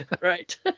Right